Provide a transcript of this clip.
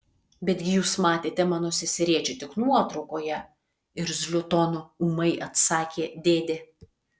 betgi jūs matėte mano seserėčią tik nuotraukoje irzliu tonu ūmai atsakė dėdė